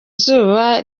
izuba